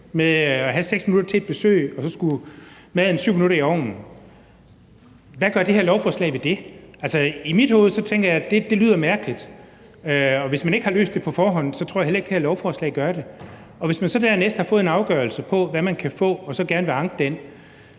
med at have 6 minutter til et besøg, og så skulle maden 7 minutter i ovnen. Hvad gør det her lovforslag ved det? Altså, jeg tænker, at det lyder mærkeligt. Og hvis man ikke har løst det på forhånd, tror jeg heller ikke, det her lovforslag gør det. Og hvis man så dernæst har fået en afgørelse på, hvad man kan få, og så gerne vil anke den,